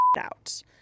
out